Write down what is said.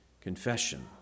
Confession